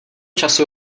času